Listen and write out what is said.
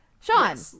sean